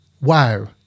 wow